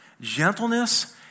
gentleness